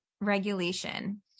regulation